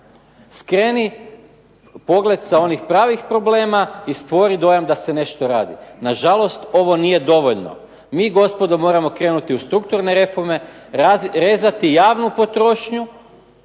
skreni pogled sa onih pravih problema i stvori dojam da se nešto radi. Nažalost, ovo nije dovoljno. Mi gospodo moramo krenuti u strukturne reforme, rezati javnu potrošnju,